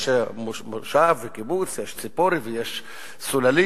יש מושב וקיבוץ, יש ציפורי ויש הסוללים,